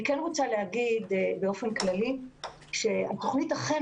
אני רוצה להגיד באופן כללי שהתוכנית אכן